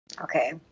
Okay